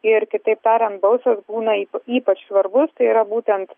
ir kitaip tariant balsas būna ypač svarbus tai yra būtent